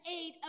aid